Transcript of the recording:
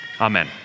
Amen